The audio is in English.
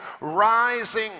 rising